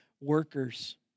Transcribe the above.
workers